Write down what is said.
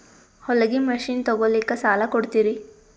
ಹೊಲಗಿ ಮಷಿನ್ ತೊಗೊಲಿಕ್ಕ ಸಾಲಾ ಕೊಡ್ತಿರಿ?